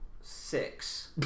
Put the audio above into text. Six